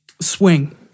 swing